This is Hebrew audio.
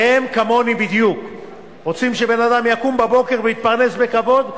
והם כמוני בדיוק רוצים שאדם יקום בבוקר ויתפרנס בכבוד,